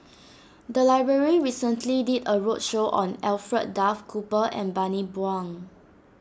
the library recently did a roadshow on Alfred Duff Cooper and Bani Buang